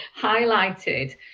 highlighted